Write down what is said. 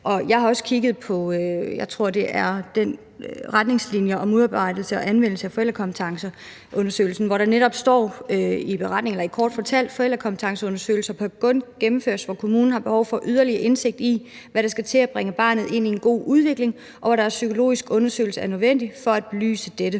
Jeg har også kigget på retningslinjer om udarbejdelse og anvendelse af forældrekompetencer fra undersøgelsen, hvor der kort fortalt netop står, at forældrekompetenceundersøgelser kun bør gennemføres, hvor kommunen har behov for yderligere indsigt i, hvad der skal til for at bringe barnet ind i en god udveksling, og hvor psykologisk undersøgelse er nødvendig for at belyse dette.